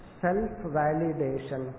self-validation